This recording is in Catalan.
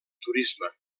turisme